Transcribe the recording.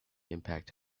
impact